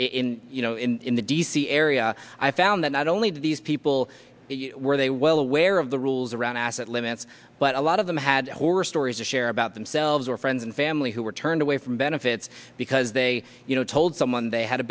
program in the d c area i found that not only do these people were they well aware of the rules around asset limits but a lot of them had horror stories or share about themselves or friends and family who were turned away from benefits because they you know told someone they had a